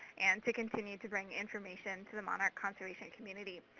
and to continue to bring information to the monarch conservation community.